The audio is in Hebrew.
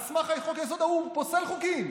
על סמך חוק-היסוד ההוא הוא פוסל חוקים,